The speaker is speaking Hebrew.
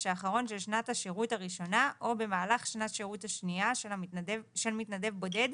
האחרון של שנת השירות הראשונה או במהלך שנת השירות השנייה של מתנדב בודד,